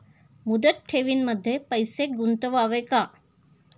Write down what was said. मुदत ठेवींमध्ये पैसे गुंतवावे का?